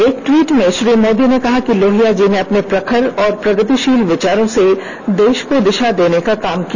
एक टवीट में श्री मोदी ने कहा कि लोहिया जी ने अपने प्रखर और प्रगतिशील विचारों से देश को दिशा देने का काम किया